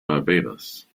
barbados